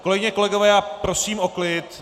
Kolegyně, kolegové, prosím o klid.